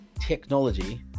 technology